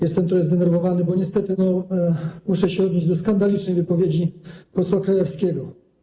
Jestem trochę zdenerwowany, bo niestety muszę się odnieść do skandalicznej wypowiedzi posła Krajewskiego.